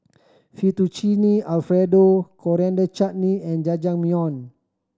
Fettuccine Alfredo Coriander Chutney and Jajangmyeon